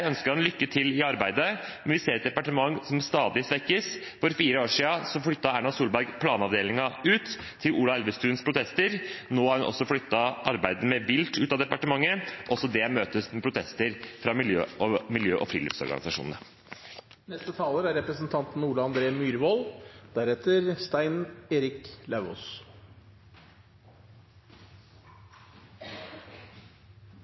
ønsker ham lykke til i arbeidet, men vi ser et departement som stadig svekkes. For fire år siden flyttet Erna Solberg planavdelingen ut, til Ola Elvestuens protester. Nå har hun også flyttet arbeidet med vilt ut av departementet, også det møtes med protester fra miljø- og